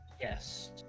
Yes